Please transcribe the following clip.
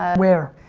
where?